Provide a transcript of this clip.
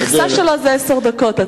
אתה יודע שהמכסה שלו היא עשר דקות.